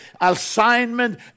assignment